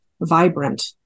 vibrant